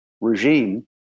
regime